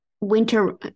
winter